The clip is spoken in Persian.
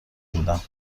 بودم